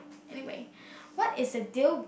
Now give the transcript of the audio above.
anyway what is a deal